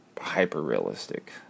hyper-realistic